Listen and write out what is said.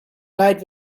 night